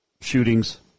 shootings